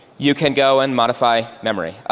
you can go and modify memory.